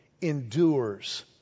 endures